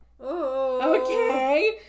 Okay